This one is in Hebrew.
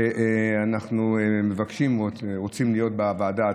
ואנחנו מבקשים ורוצים להיות בוועדה.